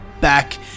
back